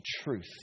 truth